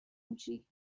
میشی